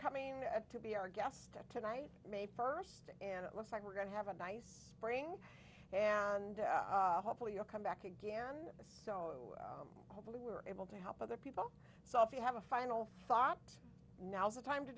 coming to be our guest tonight may first and it looks like we're going to have a nice spring and hopefully you'll come back again so hopefully we're able to help other people so if you have a final thought now's the time to